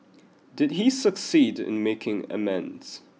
did he succeed in making amends